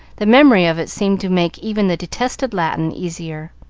the memory of it seemed to make even the detested latin easier.